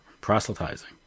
proselytizing